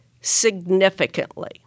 significantly